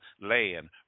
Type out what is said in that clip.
land